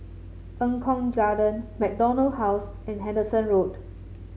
Eng Kong Garden MacDonald House and Henderson Road